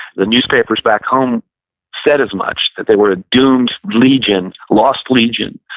the newspapers back home said as much. that they were a doomed legion, lost legion.